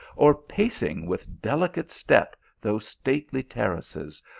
or pacing with delicate step those stately terraces,